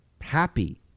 happy